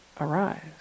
arise